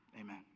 Amen